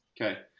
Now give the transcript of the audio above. Okay